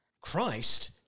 Christ